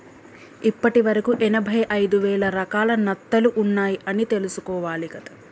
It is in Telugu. ఇప్పటి వరకు ఎనభై ఐదు వేల రకాల నత్తలు ఉన్నాయ్ అని తెలుసుకోవాలి